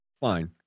fine